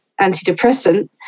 antidepressant